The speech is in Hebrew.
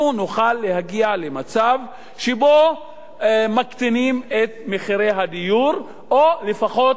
אנחנו נוכל להגיע למצב שבו מקטינים את מחירי הדיור או לפחות